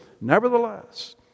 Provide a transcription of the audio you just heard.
nevertheless